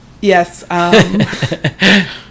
Yes